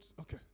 okay